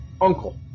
uncle